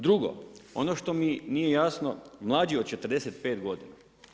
Drugo, ono što mi nije jasno, mlađi od 45 godina.